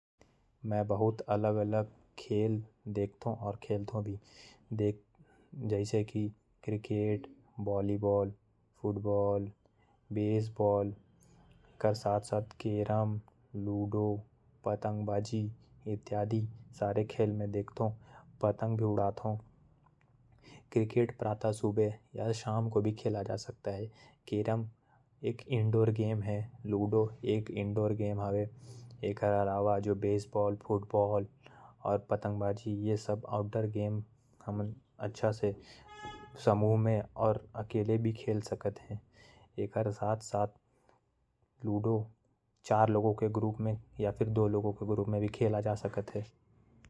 मैं बहुत अलग अलग खेल देख थो और खेलथो भी। जैसे cricket, volleyball, football, carrom, ludo. पतंग भी उड़ा ले थो। कैरम, लूडो घर में खेले वाला खेल है। और क्रिकेट बोली बोल बाहर खेले वाला खेल है।